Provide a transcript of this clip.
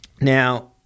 Now